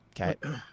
Okay